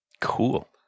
cool